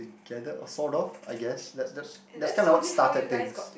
together or sort of I guess that that that's kind of what started things